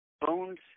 Bones